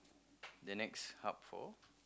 the next hub for